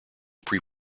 pre